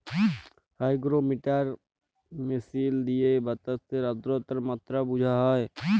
hygrometer মিশিল দিঁয়ে বাতাসের আদ্রতার মাত্রা বুঝা হ্যয়